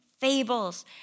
fables